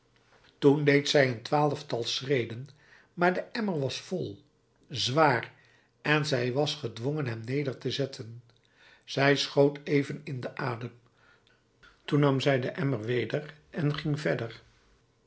toen deed zij een twaalftal schreden maar de emmer was vol zwaar en zij was gedwongen hem neder te zetten zij schoot even in den adem toen nam zij den emmer weder en ging verder